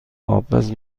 آبپز